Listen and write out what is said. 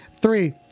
Three